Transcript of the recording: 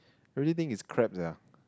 everything is crap sia